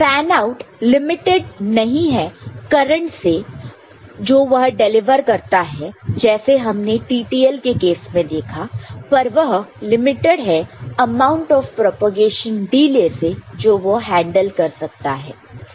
fan out limited नहीं है current से जो वह डिलीवर कर सकता है जैसे हमने TTL के केस में देखा पर वह लिमिटेड है अमाउंट ऑफ़ प्रोपेगेशन डिले से जो वह हैंडल कर सकता है